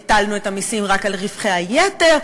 הטלנו את המסים רק על רווחי היתר,